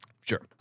Sure